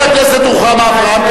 חברת הכנסת רוחמה אברהם,